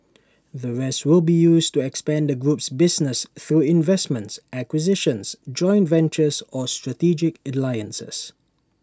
the rest will be used to expand the group's business through investments acquisitions joint ventures or strategic alliances